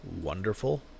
wonderful